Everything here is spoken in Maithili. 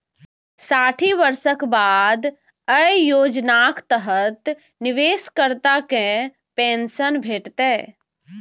साठि वर्षक बाद अय योजनाक तहत निवेशकर्ता कें पेंशन भेटतै